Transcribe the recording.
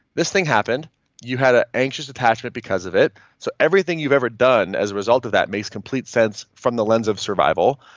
this thing happened you had an anxious attachment because of it. so everything you've ever done as a result of that makes complete sense from the lens of survival,